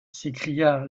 s’écria